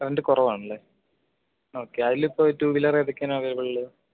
rent കുറവാണല്ലേ okay അതിലിപ്പോൾ two wheeler ഏതൊക്കെയാണ് അവൈലബിൾ ഉള്ളത്